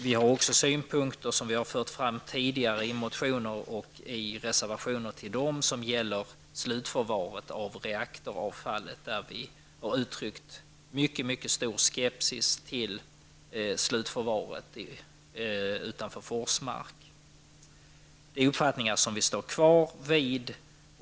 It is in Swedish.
Vi har också synpunkter som vi har fört fram i tidigare motioner och i reservationer som gäller slutförvaret av reaktoravfallet. Där har vi uttryckt mycket stor skepsis till slutförvaret utanför Forsmark. Det är uppfattningar som vi står kvar vid.